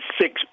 six